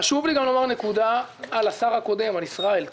חשוב לי גם לומר נקודה על השר הקודם, על ישראל.